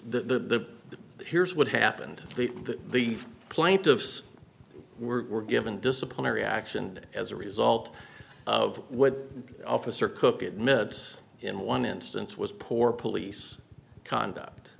the here's what happened the plaintiffs were given disciplinary action as a result of what officer cook at mit in one instance was poor police conduct